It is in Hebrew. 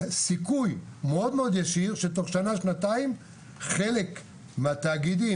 סיכוי מאוד-מאוד ישיר שתוך שנה-שנתיים חלק מהתאגידים,